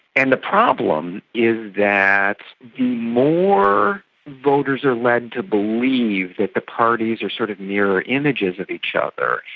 and the problem is that the more voters are led to believe that the parties are sort of mirror images of each other,